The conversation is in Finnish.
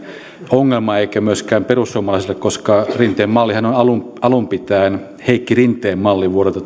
ongelma eikä myöskään perussuomalaisille koska rinteen mallihan on alun alun pitäen heikki rinteen malli vuodelta